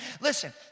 Listen